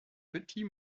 petit